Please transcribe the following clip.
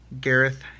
Gareth